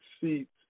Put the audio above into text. seats